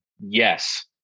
Yes